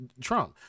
Trump